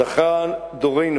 זכה דורנו